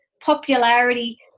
popularity